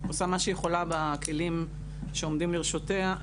עושה מה שהיא יכולה בכלים שעומדים לרשותה.